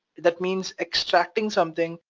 that means extracting something,